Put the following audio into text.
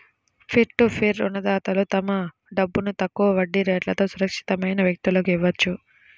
peer to peer రుణదాతలు తమ డబ్బును తక్కువ వడ్డీ రేట్లతో సురక్షితమైన వ్యక్తులకు ఇవ్వొచ్చు